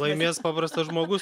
laimės paprastas žmogus